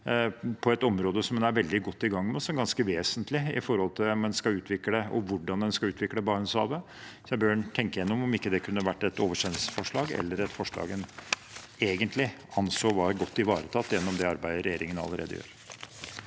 på et område som en er veldig godt i gang med, og som er ganske vesentlig for om og hvordan en skal utvikle Barentshavet. En bør tenke gjennom om det ikke kunne vært et oversendelsesforslag, eller et forslag en egentlig anså var godt ivaretatt gjennom det arbeidet regjeringen allerede gjør.